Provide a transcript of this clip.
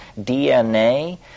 DNA